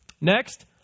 Next